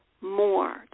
more